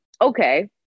okay